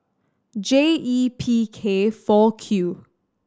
J E P K four Q